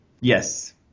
Yes